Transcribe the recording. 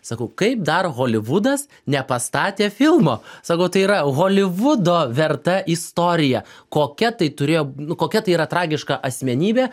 sakau kaip dar holivudas nepastatė filmo sakau tai yra holivudo verta istorija kokia tai turėjo nu kokia tai yra tragiška asmenybė